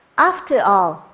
after all,